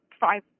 five